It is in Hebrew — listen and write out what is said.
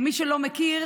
מי שלא מכיר,